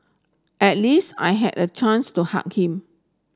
at least I had a chance to hug him